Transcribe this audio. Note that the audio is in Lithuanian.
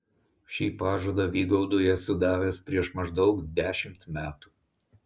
šį pažadą vygaudui esu davęs prieš maždaug dešimt metų